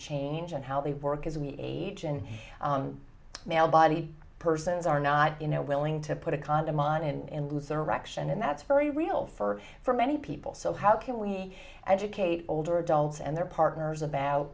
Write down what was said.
change and how they work as we age and male body persons are not you know willing to put a condom on in their reaction and that's very real for for many people so how can we educate older adults and their partners about